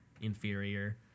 inferior